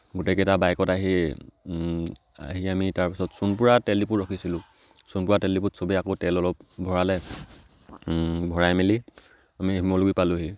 গোটেইকেইটা বাইকত আহি আহি আমি তাৰপিছত চোনপুৰা তেল ডিপুত ৰখিছিলোঁ চোনপুৰা তেল ডিপুত চবেই আকৌ তেল অলপ ভৰালে ভৰাই মেলি আমি শিমলুগুৰি পালোঁহি